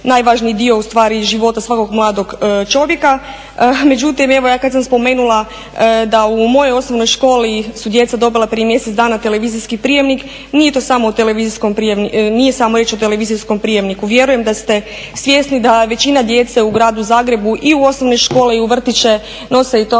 najvažniji dio ustvari života svakog mladog čovjeka. Međutim evo, ja kad sam spomenula da u mojoj osnovnoj školi su djeca dobila prije mjesec dana televizijski prijemnik, nije samo riječ o televizijskom prijemniku. Vjerujem da ste svjesni da većina djece u gradu Zagrebu i u osnovne škole i u vrtiće nose i